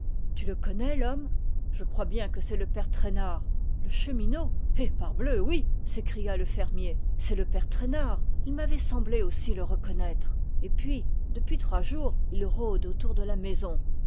tu le connais l'homme je crois bien que c'est le père traînard le chemineau eh parbleu oui s'écria le fermier c'est le père traînard il m'avait semblé aussi le reconnaître et puis depuis trois jours il rôde autour de la maison